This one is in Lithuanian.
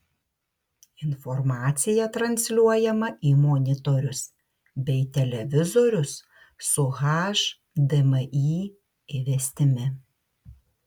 informacija transliuojama į monitorius bei televizorius su hdmi įvestimi